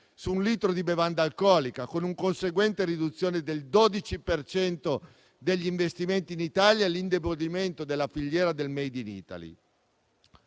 su un litro di bevanda alcolica, con una conseguente riduzione del 12 per cento degli investimenti in Italia e l'indebolimento della filiera del *made in Italy*.